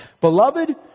beloved